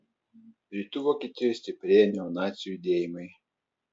rytų vokietijoje stiprėja neonacių judėjimai